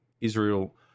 Israel